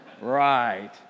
Right